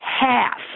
half